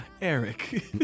Eric